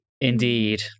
Indeed